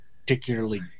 particularly